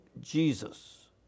Jesus